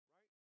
Right